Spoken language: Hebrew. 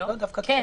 כן.